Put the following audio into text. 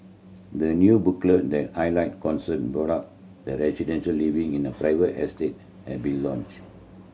the new booklet that highlight concern brought up by residents living in a private estate has been launched